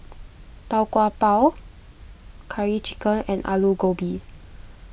Tau Kwa Pau Curry Chicken and Aloo Gobi